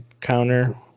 counter